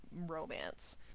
romance